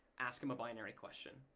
ask em a binary question.